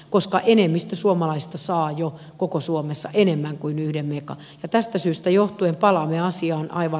koska enemmistö suomalaista saa jo koko suomessa enemmän kuin yhden miikka tästä syystä johtuen palaamme asiaan aivan